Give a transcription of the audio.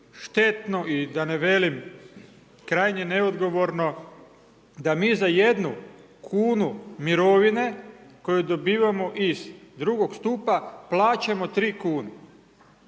štetno i da ne velim krajnje neodgovorno da mi za jednu kunu mirovine koju dobivamo iz II. stupa plaćamo 3 kune.